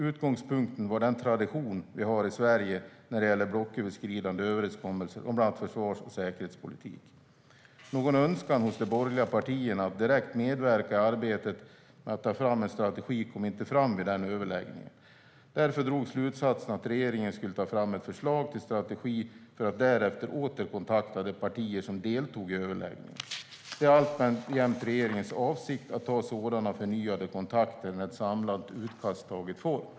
Utgångspunkten var den tradition vi har i Sverige när det gäller blocköverskridande överenskommelser om bland annat försvars och säkerhetspolitik. Någon önskan hos de borgerliga partierna att direkt medverka i arbetet med att ta fram en strategi kom inte fram vid den överläggningen. Därför drogs slutsatsen att regeringen skulle ta fram ett förslag till strategi för att därefter åter kontakta de partier som deltog i överläggningen. Det är alltjämt regeringens avsikt att ta sådana förnyade kontakter när ett samlat utkast har tagit form.